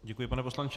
Děkuji, pane poslanče.